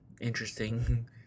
interesting